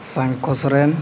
ᱥᱟᱝᱠᱷᱚ Soren